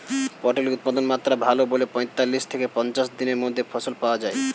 পটলের উৎপাদনমাত্রা ভালো বলে পঁয়তাল্লিশ থেকে পঞ্চাশ দিনের মধ্যে ফসল পাওয়া যায়